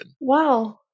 Wow